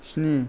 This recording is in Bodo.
स्नि